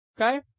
okay